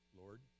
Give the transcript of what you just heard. Lord